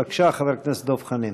בבקשה, חבר הכנסת דב חנין.